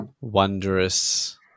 wondrous